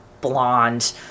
blonde